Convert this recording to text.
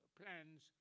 plans